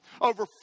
Over